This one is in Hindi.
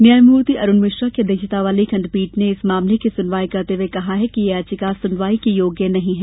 न्यायमूर्ति अरूण मिश्रा की अध्यक्षता वाली खंडपीठ ने इस मामले की सुनवाई करते हुये कहा कि यह याचिका सुनवाई के योग्य नहीं है